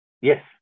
Yes